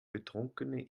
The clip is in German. betrunkene